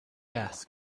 gas